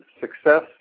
success